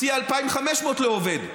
הציעה 2,500 לעובד,